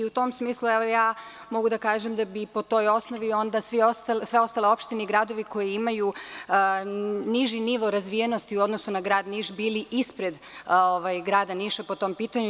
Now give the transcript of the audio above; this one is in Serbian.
U tom smislu mogu da kažem da bi po toj osnovi onda sve ostale opštine i gradovi koji imaju niži nivo razvijenosti u odnosu na Grad Niš bili ispred Grada Niša po tom pitanju.